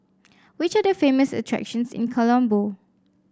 which are the famous attractions in Colombo